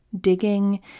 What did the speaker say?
digging